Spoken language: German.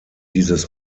dieses